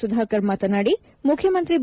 ಸುಧಾಕರ್ ಮಾತನಾದಿ ಮುಖ್ಯಮಂತ್ರಿ ಬಿ